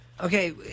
okay